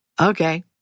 Okay